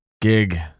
gig